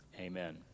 Amen